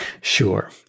Sure